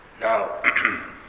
Now